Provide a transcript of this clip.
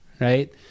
right